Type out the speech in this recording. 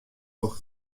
dogge